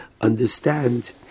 understand